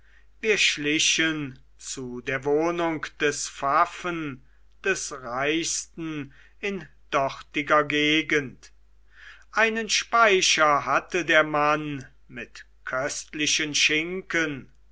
wir schlichen zu der wohnung des pfaffen des reichsten in dortiger gegend einen speicher hatte der mann mit köstlichen schinken